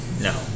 no